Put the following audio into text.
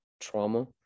trauma